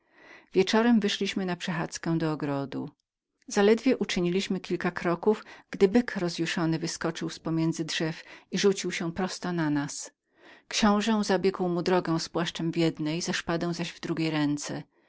wieczorem wyszliśmy wszyscy na przechadzkę do ogrodu zaledwie uczyniliśmy kilka kroków gdy byk rozjuszony wyskoczył z pomiędzy drzew i rzucił się prosto na nas książe zabiegł mu drogę z płaszczem w jednej ze szpadą zaś w drugiej ręce